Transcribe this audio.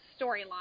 storyline